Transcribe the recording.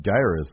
gyrus